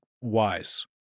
wise